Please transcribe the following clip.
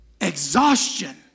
exhaustion